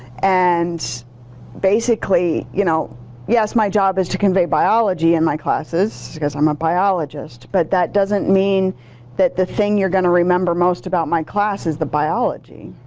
and basically, you know yes, my job is to convey biology in my classes because i'm a biologist. but that doesn't mean that the thing you're going to remember most about my class is the biology.